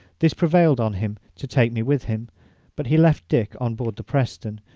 this prevailed on him to take me with him but he left dick on board the preston,